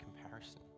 comparison